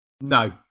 No